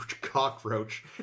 cockroach